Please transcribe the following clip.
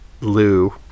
Lou